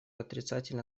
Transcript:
отрицательно